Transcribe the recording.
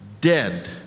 dead